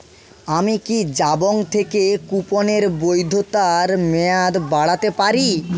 আমি কি জাবং থেকে কুপনের বৈধতার মেয়াদ বাড়াতে পারি